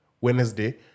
Wednesday